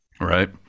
right